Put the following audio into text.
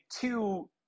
two